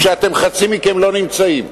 כשחצי מכם לא נמצאים.